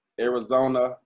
Arizona